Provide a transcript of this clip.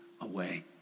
away